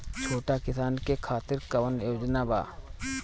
छोटा किसान के खातिर कवन योजना बा?